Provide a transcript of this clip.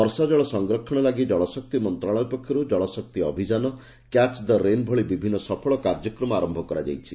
ବର୍ଷାଜଳ ସଂରକ୍ଷଣ ଲାଗି ଜଳଶକ୍ତି ମନ୍ତଣାଳୟ ପକ୍ଷରୁ ଜଳଶକ୍ତି ଅଭିଯାନ କ୍ୟାଚ୍ ଦ ରେନ୍ ଭଳି ବିଭିନ୍ ସଫଳ କାର୍ଯ୍ୟକ୍ରମ ଆର କରାଯାଇଛି